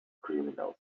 criminals